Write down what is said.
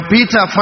Peter